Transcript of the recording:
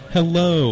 Hello